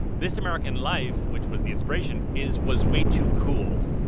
this american life, which was the inspiration is was way too cool.